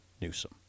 Newsom